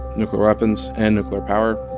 nuclear weapons and nuclear power,